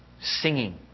singing